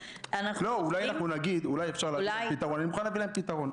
אני מוכן להביא להם פתרון.